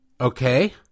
Okay